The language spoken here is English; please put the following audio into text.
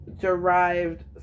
derived